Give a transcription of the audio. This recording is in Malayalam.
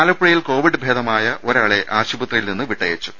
ആലപ്പുഴയിൽ കോവിഡ് ഭേദമായ ഒരാളെ ആശുപത്രിയിൽ നിന്ന് വിട്ടയച്ചു